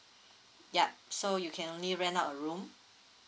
yup so you can only rent out a room